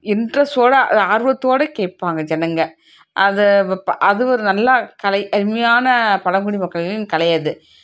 இன்ட்ரெஸ்ட்டோடு ஆர்வத்தோடு கேட்பாங்க ஜனங்கள் அது அது ஒரு நல்ல கலை அருமையான பழங்குடி மக்களின் கலை அது